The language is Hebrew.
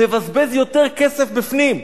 תבזבז יותר כסף בפנים.